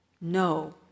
no